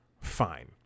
Fine